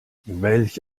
welch